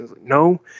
No